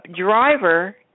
driver